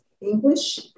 English